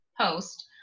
post